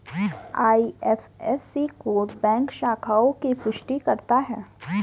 IFSC code bank शाखाओं की पुष्टि करता है